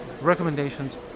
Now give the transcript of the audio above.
recommendations